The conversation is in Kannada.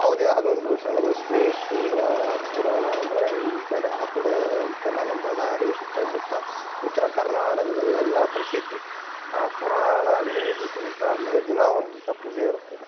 ಯಾವುದೇ ಅದೊಂದು ಶರಣ ಬಸವೇಶ್ವರಾ ಪುರಾಣ ಅಂದರೆ ಈ ಕಡೆ ಆ ಕಡೇ ಅಂತಲ್ಲ ನಮ್ಮ ಬಳ್ಳಾರಿ ಸುತ್ತ ಮುತ್ತ ಉತ್ತರ ಕರ್ನಾಟಕದಲ್ಲೆಲ್ಲಾ ಪ್ರಸಿದ್ಧ ಆ ಪುರಾಣ ಹದಿನೈದು ದಿವ್ಸಲಿಂದ ಆದಮೇಲೆ ದಿನ ಒಂದಿವ್ಸ ಪೂಜೆ ಇರುತ್ತದ್